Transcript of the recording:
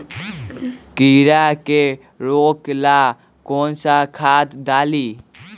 कीड़ा के रोक ला कौन सा खाद्य डाली?